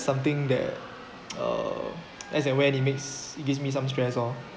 something that uh as and when it makes it gives me some stress lor